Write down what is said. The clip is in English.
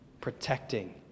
protecting